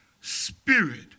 spirit